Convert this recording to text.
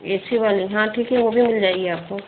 ए C वाली हाँ ठीक है वो भी मिल जाएगी आपको